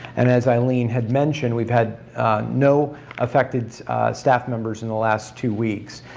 and as eileen had mentioned we've had no affected staff members in the last two weeks.